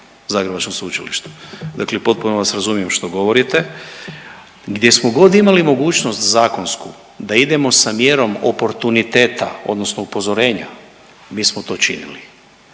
zagrebačkom sveučilištu, dakle potpuno vas razumijem što govorite, gdje smo god imali mogućnost zakonsku, da idemo sa mjerom oportuniteta, odnosno upozorenja, mi smo to činili.